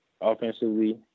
offensively